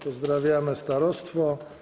Pozdrawiamy starostwo.